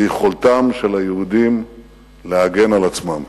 ביכולתם של היהודים להגן על עצמם.